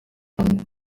rwanda